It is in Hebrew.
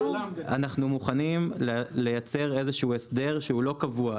אנחנו מוכנים לייצר איזשהו הסדר שהוא לא קבוע,